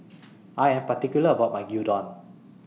I Am particular about My Gyudon